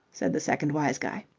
said the second wise guy.